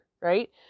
Right